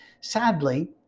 sadly